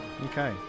Okay